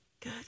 Good